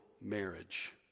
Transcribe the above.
marriage